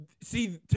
See